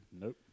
Nope